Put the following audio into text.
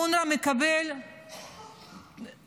אונר"א מקבל כסף,